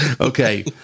Okay